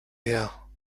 her